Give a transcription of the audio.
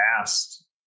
asked